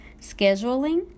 scheduling